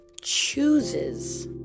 chooses